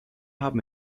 haben